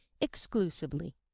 exclusively